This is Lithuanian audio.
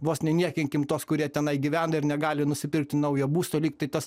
vos neniekinkim tuos kurie tenai gyvena ir negali nusipirkti naujo būsto lyg tai tas